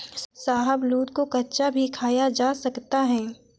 शाहबलूत को कच्चा भी खाया जा सकता है